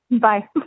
Bye